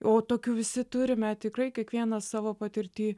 o tokių visi turime tikrai kiekvienas savo patirty